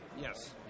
Yes